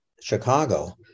Chicago